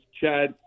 Chad